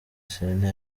serena